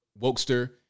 wokester